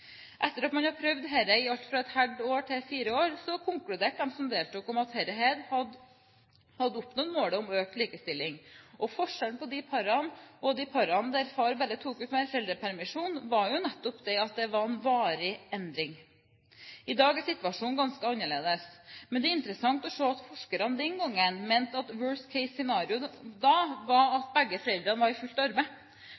Etter å ha prøvd dette i alt fra et halvt til fire år konkluderte de som hadde deltatt, med at de hadde oppnådd målet om økt likestilling. Forskjellen på disse parene og de parene der far bare tok ut fedrepermisjon, var nettopp at det var en varig endring for den første gruppen. I dag er situasjonen ganske annerledes. Men det er interessant å se at forskerne den gang mente at «worst case scenario» var at begge foreldrene var